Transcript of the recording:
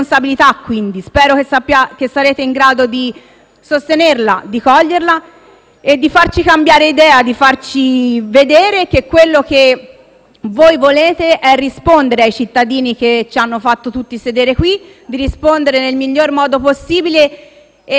e di farci cambiare idea; di farci vedere che quello che voi volete è rispondere ai cittadini che ci hanno fatto tutti sedere qui; di rispondere nel miglior modo possibile e di dire a tutti loro che noi siamo qui per rappresentarli, al meglio e sempre.